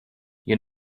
you